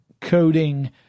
coding